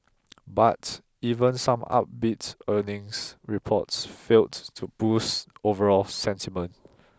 but even some upbeat earnings reports failed to boost overall sentiment